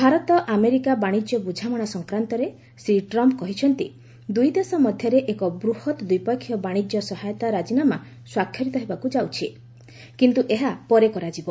Bharat America ବାଣିଜ୍ୟ ବୁଝାମଣା ସଂକ୍ରାନ୍ତରେ ଶ୍ରୀ ଟ୍ରମ୍ପ କହିଛନ୍ତି ଦୁଇଦେଶ ମଧ୍ୟରେ ଏକ ବୃହତ ଦ୍ୱିପକ୍ଷୀୟ ବାଣିଜ୍ୟ ସହାୟତା ରାଜିନାମା ସ୍ୱାକ୍ଷରିତ ହେବାକୁ ଯାଉଛି କିନ୍ତୁ ଏହା ପରେ କରାଯିବ